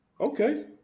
Okay